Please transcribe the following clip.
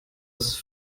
ist